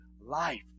life